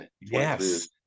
Yes